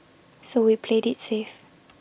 so we played IT safe